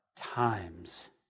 times